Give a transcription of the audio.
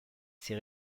ces